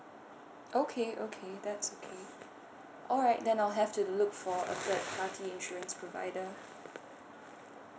okay okay that's okay alright then I'll have to look for a third party insurance provider